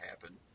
happen